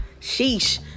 Sheesh